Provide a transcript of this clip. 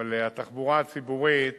אבל בתחבורה הציבורית